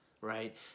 right